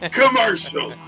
commercial